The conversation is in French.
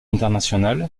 international